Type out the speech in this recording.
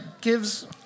gives